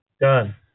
Done